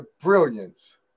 brilliance